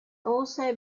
also